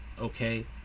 Okay